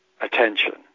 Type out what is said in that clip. attention